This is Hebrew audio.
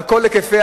על כל היקפיה,